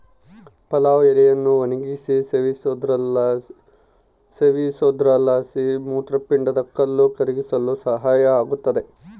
ಪಲಾವ್ ಎಲೆಯನ್ನು ಒಣಗಿಸಿ ಸೇವಿಸೋದ್ರಲಾಸಿ ಮೂತ್ರಪಿಂಡದ ಕಲ್ಲು ಕರಗಿಸಲು ಸಹಾಯ ಆಗುತ್ತದೆ